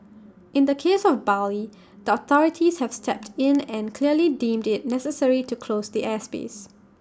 in the case of Bali the authorities have stepped in and clearly deemed IT necessary to close the airspace